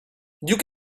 you